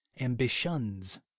ambitions